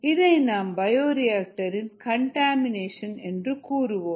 இதை நாம் பயோரிஆக்டர் இன் கண்டமினேஷன் என்று கூறுவோம்